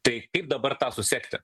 tai kaip dabar tą susekti